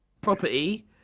property